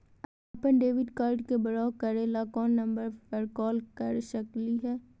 अपन debit card के block करे ला कौन नंबर पे कॉल कर सकली हई?